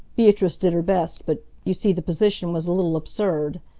beatrice did her best but, you see, the position was a little absurd.